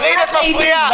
קארין, את מפריעה.